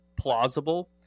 plausible